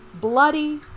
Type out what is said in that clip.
bloody